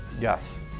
Yes